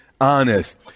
honest